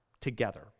together